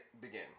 begin